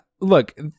look